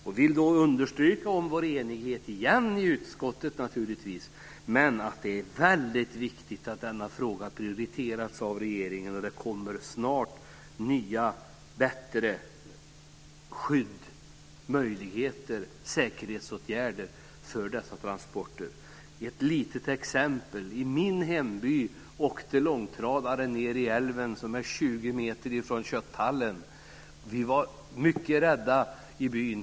Jag vill igen understryka vår enighet i utskottet, men det är väldigt viktigt att denna fråga prioriteras av regeringen och att det snart kommer nya och bättre säkerhetsåtgärder för dessa transporter. Ett litet exempel: I min hemby åkte en långtradare ned i älven som ligger 20 meter från kötthallen. Vi var mycket rädda i byn.